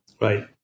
Right